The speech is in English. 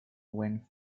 went